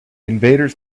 invaders